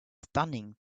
stunning